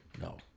No